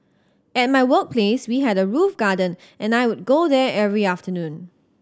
at my workplace we had a roof garden and I would go there every afternoon